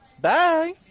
bye